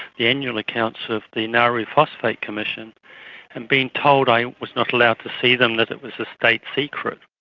the annual accounts of the nauru phosphate commission and being told i was not allowed to see them, that it was a state secret.